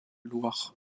loir